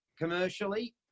commercially